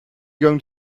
going